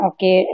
Okay